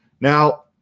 now